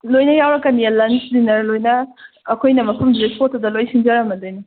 ꯂꯣꯏꯅ ꯌꯥꯎꯔꯛꯀꯅꯤꯌꯦ lunch dinner ꯂꯣꯏꯅ ꯑꯩꯈꯣꯏꯅ ꯃꯐꯝꯗꯨꯗ ꯏꯁꯄꯣꯠꯇꯨꯗ ꯂꯣꯏ ꯁꯤꯟꯖꯔꯝꯃꯗꯣꯏꯅꯦ